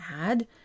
add